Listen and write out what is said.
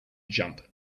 jump